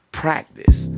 practice